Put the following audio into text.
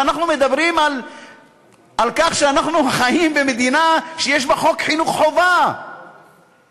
ואנחנו מדברים על כך שאנחנו חיים במדינה שיש בה חוק חינוך חובה חינם.